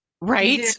right